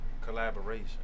collaboration